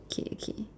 kay kay